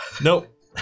Nope